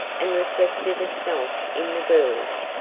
and reflected itself in the girl's.